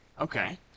Okay